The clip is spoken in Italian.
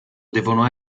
devono